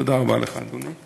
תודה רבה לך, אדוני.